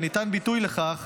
וניתן ביטוי לכך